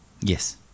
yes